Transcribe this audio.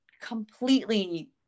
completely